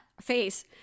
face